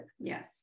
yes